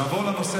נעבור לנושא